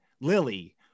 Lily